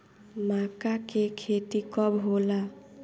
माका के खेती कब होला?